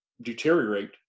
deteriorate